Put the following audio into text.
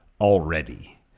already